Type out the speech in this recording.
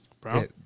Brown